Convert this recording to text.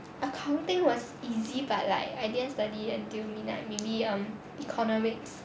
accounting was easy but I like I didn't study until midnight maybe um economics